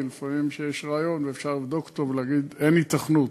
כי לפעמים כשיש רעיון אפשר לבדוק אותו ולהגיד: אין היתכנות,